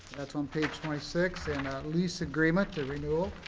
that's on page twenty six, and a lease agreement, the renewal,